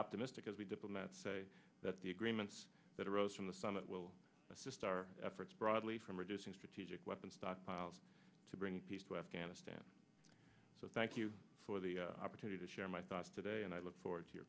optimistic as we diplomats say that the agreements that arose from the summit will assist our efforts broadly from reducing strategic weapons stockpiles to bringing peace to afghan stan so thank you for the opportunity to share my thoughts today and i look forward to your